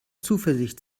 zuversicht